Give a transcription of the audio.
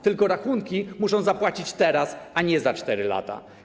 Tylko rachunki muszą zapłacić teraz, a nie za 4 lata.